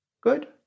Good